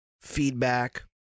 feedback